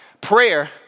Prayer